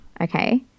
Okay